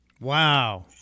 wow